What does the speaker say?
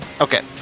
Okay